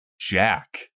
jack